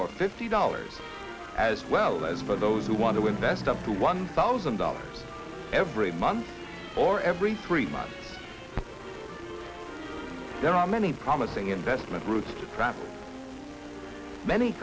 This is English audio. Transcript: or fifty dollars as well as for those who want to invest up to one thousand dollars every month or every three months there are many promising investment routes to travel many